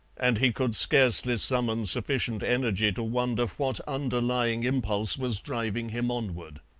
and he could scarcely summon sufficient energy to wonder what underlying impulse was driving him onward.